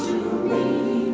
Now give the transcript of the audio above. to leave